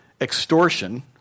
extortion